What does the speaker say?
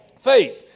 Faith